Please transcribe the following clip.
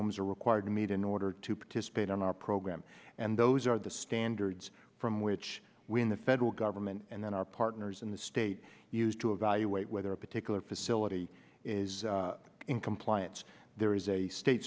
homes are required to meet in order to participate in our program and those are the standards from which when the federal government and then our partners in the state use to evaluate whether a particular facility is in compliance there is a state